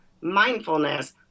mindfulness